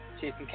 Jason